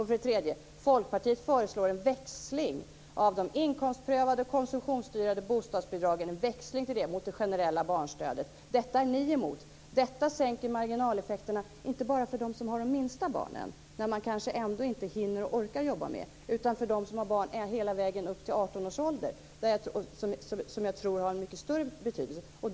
Folkpartiet föreslår också en växling av de inkomstprövade och konsumtionsstyrande bostadsbidragen, en växling till det mot det generella barnstödet. Detta är ni emot. Detta sänker marginaleffekterna inte bara för dem som har de minsta barnen, när man kanske ändå inte hinner och orkar jobba mer, utan för dem som har barn hela vägen upp till 18 års ålder, vilket jag tror har en mycket större betydelse.